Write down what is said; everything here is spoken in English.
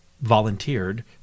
volunteered